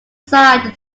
side